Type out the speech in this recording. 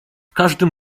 każdym